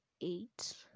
eight